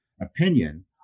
opinion